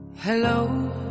Hello